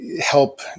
help